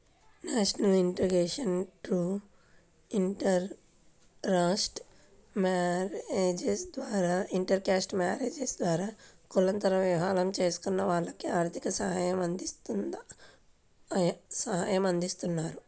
national integration through intercaste marriages ద్వారా కులాంతర వివాహం చేసుకున్న వాళ్లకి ఆర్థిక సాయమందిస్తారు